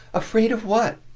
afraid of what?